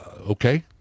Okay